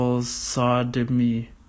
sodomy